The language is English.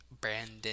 Brandon